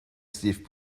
stiff